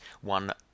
one